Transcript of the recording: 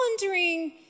wondering